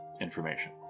information